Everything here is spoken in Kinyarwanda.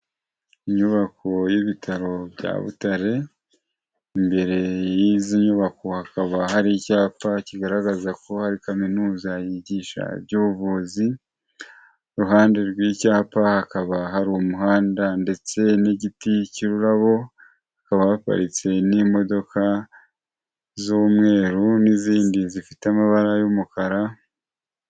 Inyubako y'ibitaro bya Butare, imbere y'izi nyubako hakaba hari icyapa kigaragaza ko hari kaminuza yigisha iby'ubuvuzi, iruhande rw'icyapa hakaba hari umuhanda ndetse n'igiti cy'ururabo, hakaba haparitse n'imodoka z'umweru n'izindi zifite amabara y'umukara.